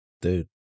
Dude